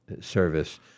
service